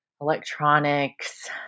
electronics